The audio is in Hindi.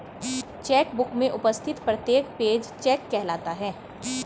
चेक बुक में उपस्थित प्रत्येक पेज चेक कहलाता है